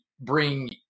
bring